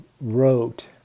wrote